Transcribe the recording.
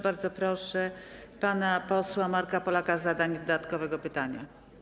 Bardzo proszę pana posła Marka Polaka o zadanie dodatkowego pytania.